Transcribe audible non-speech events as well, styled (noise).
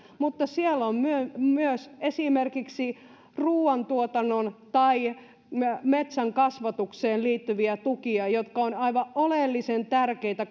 mutta siellä on myös myös esimerkiksi ruuantuotantoon tai metsänkasvatukseen liittyviä tukia jotka ovat aivan oleellisen tärkeitä (unintelligible)